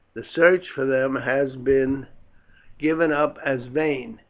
the search for them has been given up as vain,